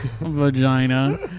Vagina